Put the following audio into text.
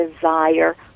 desire